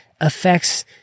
affects